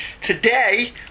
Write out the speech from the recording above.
Today